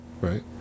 right